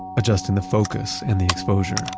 adjusting the focus and the exposure.